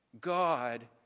God